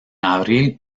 abril